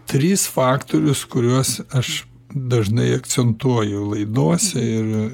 tris faktorius kuriuos aš dažnai akcentuoju laidose ir